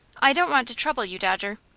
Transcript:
i don't want to trouble you, dodger.